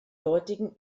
dortigen